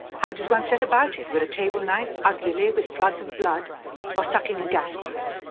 how does one set about it? with a table knife uglily with floods of blood or sucking a gas pipe?